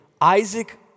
Isaac